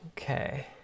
Okay